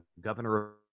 Governor